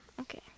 Okay